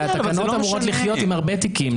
התקנות אמורות לחיות עם הרבה תיקים.